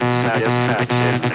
satisfaction